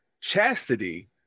chastity